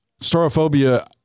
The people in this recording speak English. Storophobia